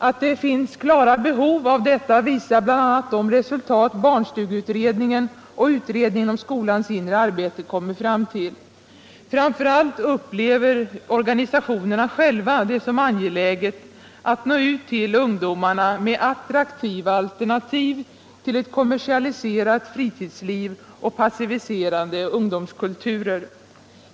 Att det finns klara behov av detta visar bl.a. de resultat barnstugeutredningen och utredningen om skolans inre arbete kommit fram till. Framför allt upplever organisationerna själva det som angeläget att nå ut till ungdomarna med attraktiva alternativ till ett kommersialiserat fritidsliv och passiviserande ungdomskulturer.